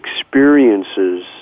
experiences